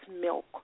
milk